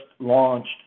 launched